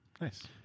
Nice